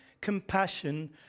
compassion